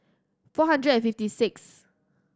four hundred and fifty six